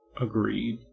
Agreed